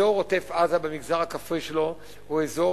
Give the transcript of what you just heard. אזור עוטף-עזה במגזר הכפרי שלו הוא אזור